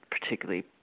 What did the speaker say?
particularly